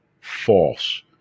false